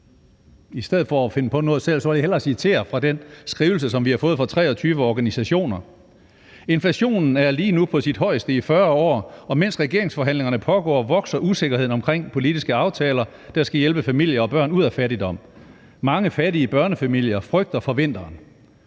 i stedet for at finde på noget selv hellere citere fra den skrivelse, som vi har fået fra 23 organisationer: Inflationen er lige nu på sit højeste i 40 år, og mens regeringsforhandlingerne pågår, vokser usikkerheden omkring politiske aftaler, der skal hjælpe familier og børn ud af fattigdom. Mange fattige børnefamilier frygter for vinteren.